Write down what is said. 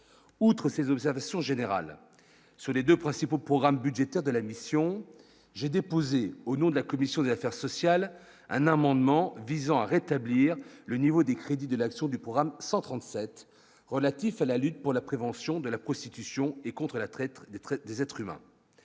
outre ces observations générales sur les 2 principaux programmes budgétaires de la mission, j'ai déposé au nom de la commission des affaires sociales, un amendement visant à rétablir le niveau des crédits de l'action du programme 137 relatif à la lutte pour la prévention de la prostitution et contre la traître de traite des êtres humains